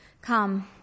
Come